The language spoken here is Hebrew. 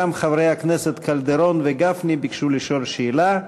גם חברי הכנסת קלדרון וגפני ביקשו לשאול שאלה,